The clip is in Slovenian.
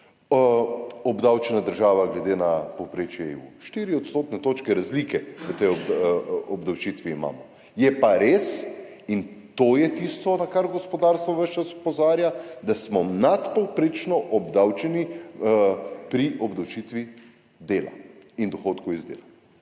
obdavčena država glede na povprečje EU, 4 odstotne točke razlike v tej obdavčitvi imamo. Je pa res, in to je tisto, na kar gospodarstvo ves čas opozarja, da smo nadpovprečno obdavčeni pri obdavčitvi dela in dohodkov iz dela.